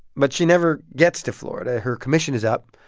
but she never gets to florida. her commission is up,